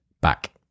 back